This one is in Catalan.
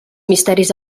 misteris